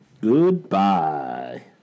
Goodbye